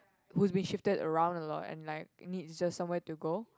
who is be cheaper around a lot leh like it need just somewhere to go